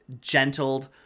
gentled